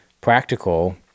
practical